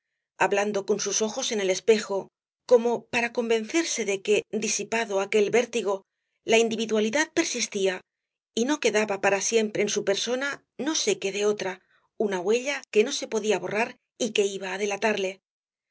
hablando con sus ojos en el espejo como para convencerse de que disipado aquel vértigo la individualidad persistía y no quedaba para siempre en su persona no sé qué de otra una huella que no se podía borrar y que iba á delatarle